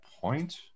point